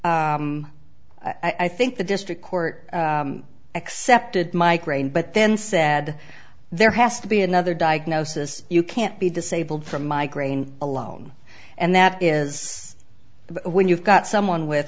i think the district court accepted migraine but then said there has to be another diagnosis you can't be disabled from migraine alone and that is when you've got someone with